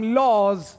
laws